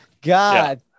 God